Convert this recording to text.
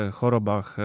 chorobach